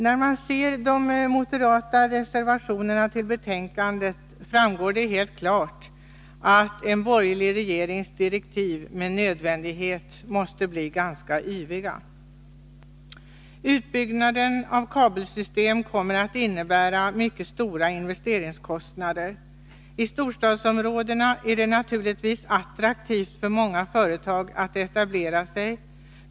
När man ser de moderata reservationerna till betänkandet framgår det helt klart att en borgerlig regerings direktiv med nödvändighet måste bli ganska yviga. Utbyggnaden av kabelsystem kommer att innebära mycket stora investeringskostnader. I storstadsområdena är det naturligtvis attraktivt för många företag att etablera sig.